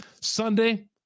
Sunday